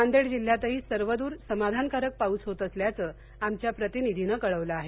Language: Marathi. नांदेड जिल्ह्यातही सर्वदूर समाधानकारक पाऊस होत असल्याचं आमच्या प्रतिनिधीनं कळवलं आहे